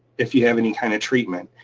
if you have any kind of treatment.